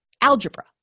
algebra